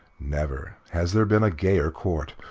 never has there been a gayer court.